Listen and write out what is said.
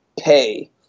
pay